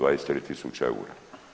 23 tisuće eura.